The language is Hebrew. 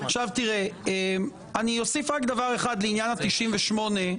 אני אוסיף דבר אחד לעניין סעיף 98,